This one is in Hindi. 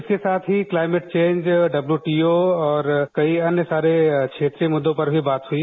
इसके साथ ही क्लाइमेट चेंज डब्ल्यूटीओ और कई अन्य सारे क्षेत्रीय मुद्दों पर भी बात हुई